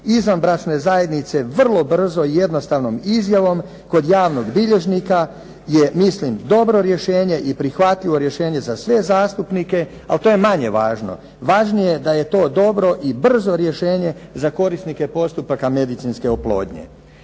izvanbračne zajednice vrlo brzo i jednostavnom izjavom kod javnog bilježnika je mislim dobro rješenje i prihvatljivo rješenja za sve zastupnike. Ali to je manje važno, važnije je da je to dobro i brzo rješenje za korisnike postupaka medicinske oplodnje.